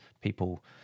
people